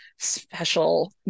special